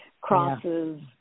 crosses